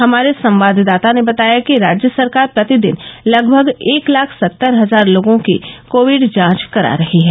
हमारे संवाददाता ने बताया कि राज्य सरकार प्रतिदिन लगभग एक लाख सत्तर हजार लोगों की कोविड जांच करा रही है